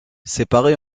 séparée